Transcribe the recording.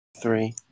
three